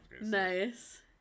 Nice